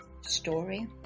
story